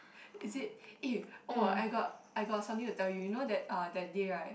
is it eh oh I got I got something to tell you you know that uh that day right